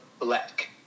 black